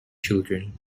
children